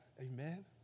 amen